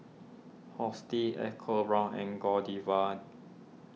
EcoBrown's and Godiva